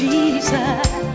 Jesus